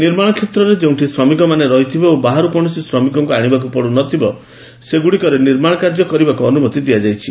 ନିର୍ମାଣ କ୍ଷେତ୍ରରେ ଯେଉଁଠି ଶ୍ରମିକମାନେ ରହିଥିବେ ଓ ବାହାରୁ କୌଣସି ଶ୍ରମିକଙ୍କୁ ଆଶିବାକୁ ପଡୁନଥିବ ସେଗୁଡ଼ିକରେ ନିର୍ମାଣ କାର୍ଯ୍ୟକୁ ଅନୁମତି ଦିଆଯିବ